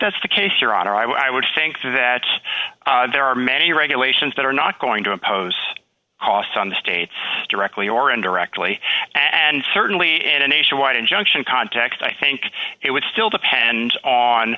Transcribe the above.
that's the case your honor i would think that there are many regulations that are not going to impose costs on the states directly or indirectly and certainly in a nationwide injunction context i think it would still depends on